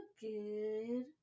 good